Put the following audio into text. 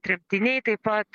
tremtiniai taip pat